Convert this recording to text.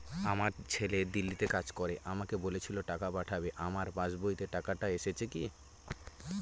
আমার ছেলে দিল্লীতে কাজ করে আমাকে বলেছিল টাকা পাঠাবে আমার পাসবইতে টাকাটা এসেছে কি?